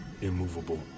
immovable